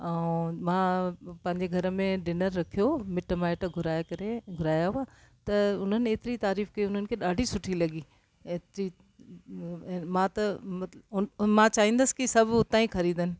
ऐं मां पंहिंजे घर में डिनर रखियो मिटु माइटु घुराए करे घुरायो त उन्हनि एतरी तारीफ़ कई के उन्हनि खे ॾाढी सुठी लॻी एतरी मां त मां चाहींदसि की सभु उता ई खरीदनि